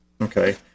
Okay